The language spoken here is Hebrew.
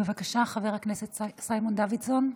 בבקשה, חבר הכנסת סיימון דוידסון.